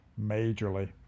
Majorly